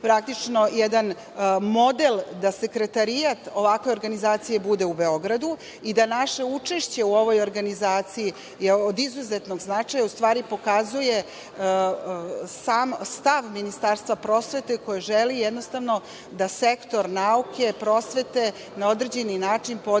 daje ovde jedan model da sekretarijat ovakve organizacije bude u Beogradu i da je naše učešće u ovoj organizaciji od velikog značaja, u stvari pokazuje sam stav Ministarstva prosvete koje jednostavno želi da sektor nauke, prosvete na određeni način podigne